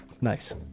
Nice